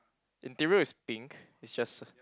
interior is pink is just a